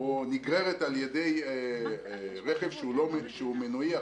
או נגררת על-ידי רכב שהוא מנועי.